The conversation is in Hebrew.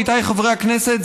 עמיתיי חברי הכנסת,